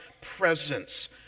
presence